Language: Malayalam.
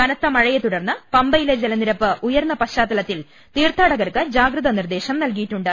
കനത്ത മഴയെത്തുടർന്ന് പമ്പയിലെ ജലനിരപ്പ് ഉയർന്ന പശ്ചാത്തലത്തിൽ തീർത്ഥാടകർക്ക് ജാഗ്രതാനിർദ്ദേശം നൽകിയിട്ടുണ്ട്